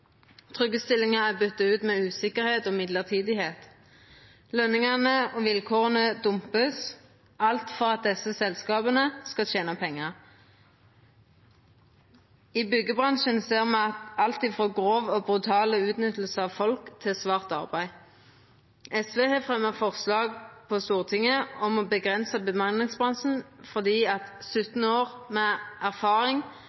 stillingar er bytte ut med usikkerheit og noko som gjeld mellombels. Lønningane og vilkåra vert dumpa – alt for at desse selskapa skal tena pengar. I byggebransjen ser me alt frå grov og brutal utnytting av folk til svart arbeid. SV har fremja forslag på Stortinget om å avgrensa bemanningsbransjen fordi 17 år med erfaring viser at